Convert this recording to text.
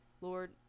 lord